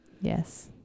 Yes